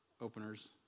openers